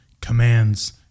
commands